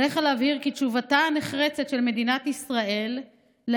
עליך להבהיר כי תשובתה הנחרצת של מדינת ישראל על